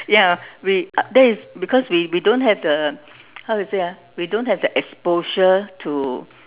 ya we that is because we we don't have the how to say ah we don't have the exposure to